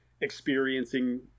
experiencing